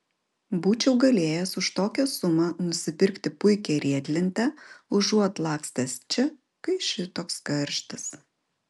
būčiau galėjęs už tokią sumą nusipirkti puikią riedlentę užuot lakstęs čia kai šitoks karštis